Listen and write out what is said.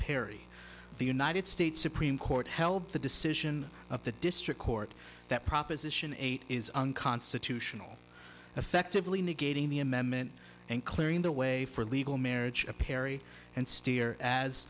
perry the united states supreme court held the decision of the district court that proposition eight is unconstitutional effectively negating the amendment and clearing the way for legal marriage perry and steer as